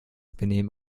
benehmen